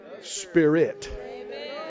spirit